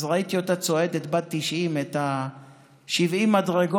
אז ראיתי אותה צועדת, בת 90, את 70 המדרגות.